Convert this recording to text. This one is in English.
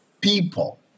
people